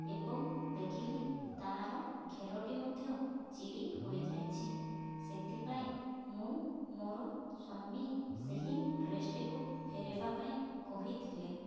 ଏବଂ ଦେଖିଲି ତାର ଘେରଟି ମଧ୍ୟ ଚିରି ହୋଇଯାଇଛି ସେଥିପାଇଁ ମୁଁ ମୋ'ର ସ୍ଵାମୀ ସେହି ଡ୍ରେସଟିକୁ ଫେରେଇବା ପାଇଁ କହିଥିଲେ